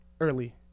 early